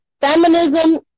feminism